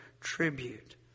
tribute